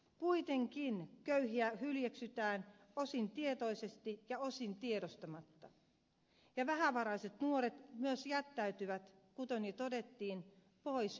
kuitenkin köyhiä hyljeksitään osin tietoisesti ja osin tiedostamatta ja vähävaraiset nuoret myös jättäytyvät kuten jo todettiin pois ryhmästä